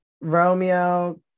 romeo